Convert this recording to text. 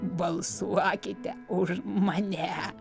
balsuokite už mane